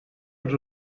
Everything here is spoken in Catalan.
als